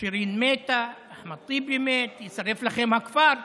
שירין מתה, אחמד טיבי מת, יישרף לכם הכפר,